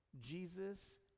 Jesus